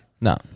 No